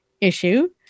issue